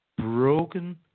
broken